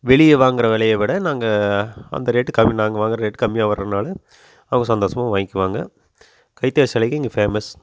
வெளியே வாங்கிற விலைய விட நாங்கள் அந்த ரேட் கம்மி நாங்கள் வாங்கிற ரேட் கம்மியாக வர்றனால அவங்க சந்தோஷமாக வாங்கிக்குவாங்க கைத்தறி சேலைங்க இங்கே ஃபேமஸ்